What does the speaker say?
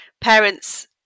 parents –